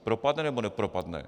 Propadne, nebo nepropadne?